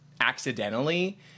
accidentally